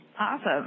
Awesome